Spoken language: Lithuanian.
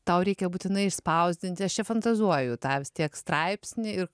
tau reikia būtinai išspausdinti aš čia fantazuoju tą vis tiek straipsnį ir